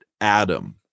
Adam